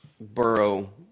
Burrow